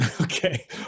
okay